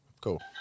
Cool